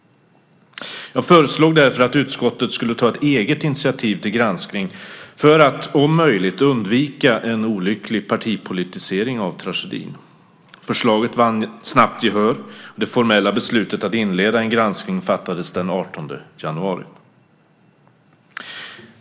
Jag föreslog därför att utskottet skulle ta ett eget initiativ till granskning för att om möjligt undvika en olycklig partipolitisering av tragedin. Förslaget vann snabbt gehör, och det formella beslutet att inleda en granskning fattades den 18 januari.